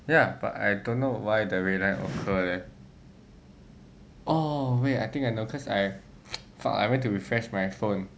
ya but I don't know why the red line occur leh oh wait I think I know cause I fuck I went to refresh my phone